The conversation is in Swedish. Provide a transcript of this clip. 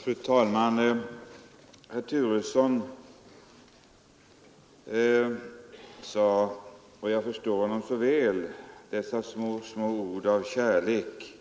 Fru talman! Herr Turesson sade — och jag förstår honom så väl — några få, små ord av kärlek,